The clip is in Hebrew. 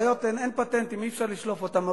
אין פטנטים, אי-אפשר לשלוף אותם.